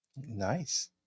Nice